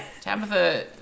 Tabitha